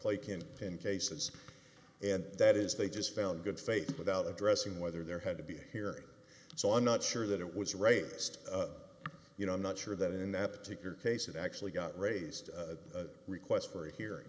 ten cases and that is they just found good faith without addressing whether there had to be here so i'm not sure that it was right just you know i'm not sure that in that particular case it actually got raised a request for